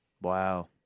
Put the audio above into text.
Wow